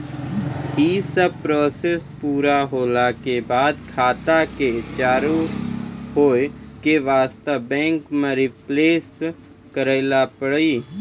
यी सब प्रोसेस पुरा होला के बाद खाता के चालू हो के वास्ते बैंक मे रिफ्रेश करैला पड़ी?